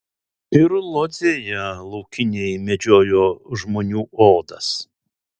ir lodzėje laukiniai medžiojo žmonių odas